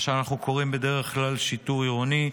מה שאנחנו קוראים בדרך כלל שיטור עירוני,